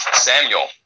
Samuel